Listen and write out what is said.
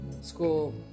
school